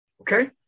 Okay